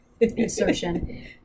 insertion